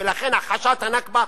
ולכן, הכחשת ה"נכבה"